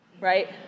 right